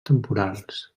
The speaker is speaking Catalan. temporals